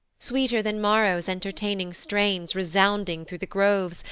sweeter than maro's entertaining strains resounding through the groves,